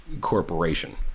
corporation